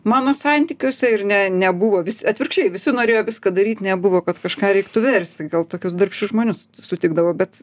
mano santykiuose ir ne nebuvo vis atvirkščiai visi norėjo viską daryt nebuvo kad kažką reiktų versti gal tokius darbščius žmonius sutikdavau bet